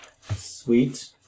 Sweet